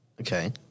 Okay